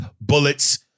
bullets